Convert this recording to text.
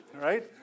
right